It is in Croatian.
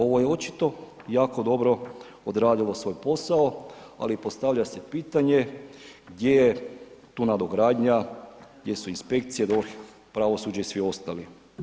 Ovo je očito jako dobro odradilo svoj posao, ali postavlja se pitanje, gdje je tu nadogradnja, gdje su inspekcije, DORH, pravosuđe i svi ostali.